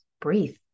breathe